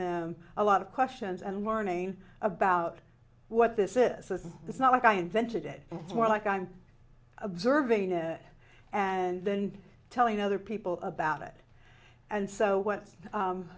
them a lot of questions and learning about what this is this not like i invented it more like i'm observing it and then telling other people about it and so